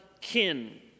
kin